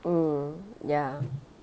mm ya